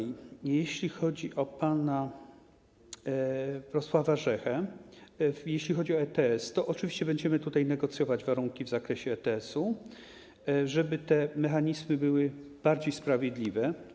Jeśli chodzi o pana Jana Warzechę, jeśli chodzi o ETS, to oczywiście będziemy negocjować warunki w zakresie ETS-u, żeby te mechanizmy były bardziej sprawiedliwe.